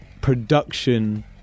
production